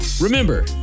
Remember